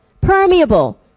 permeable